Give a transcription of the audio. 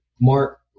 Mark